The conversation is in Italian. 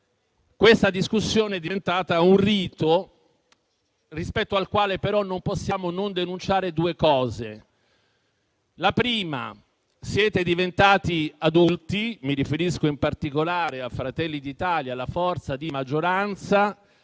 Questa discussione è diventata un rito, rispetto al quale, però, non possiamo non denunciare due cose. La prima è che siete diventati adulti e mi riferisco in particolare al Gruppo Fratelli d'Italia, la forza di maggioranza.